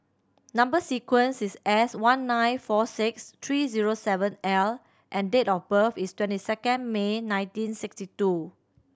number sequence is S one nine four six three zero seven L and date of birth is twenty second May nineteen sixty two